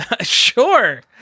Sure